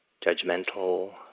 judgmental